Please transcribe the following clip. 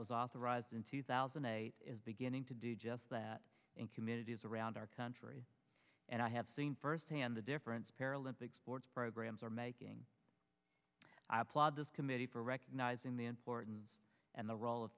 was authorized in two thousand and eight is big getting to do just that in communities around our country and i have seen firsthand the difference paralympic sports programs are making i applaud this committee for recognizing the importance and the role of